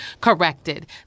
corrected